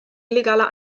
illegaler